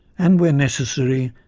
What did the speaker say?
and where necessary,